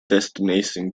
destination